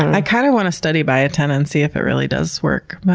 i kind of want to study biotin and see if it really does work.